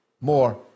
More